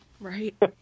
right